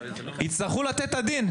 הם יצטרכו לתת את הדין.